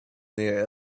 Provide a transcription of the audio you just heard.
near